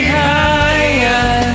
higher